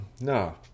No